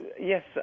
Yes